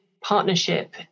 partnership